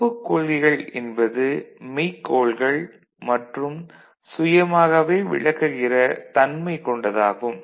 ஒப்புக் கொள்கைகள் என்பது மெய்க் கோள்கள் மற்றும் சுயமாகவே விளக்குகிற தன்மை கொண்டது ஆகும்